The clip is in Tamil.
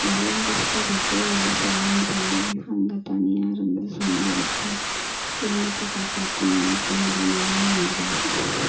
இவ்வளோம் கஷ்டப்பட்டு ஃபாரின் போய் அங்கே தனியாக இருந்து சம்பாதிச்சு குடும்பத்தை காப்பாற்றத்தணும் அப்படிங்கிற நிலைம வந்துவிடுது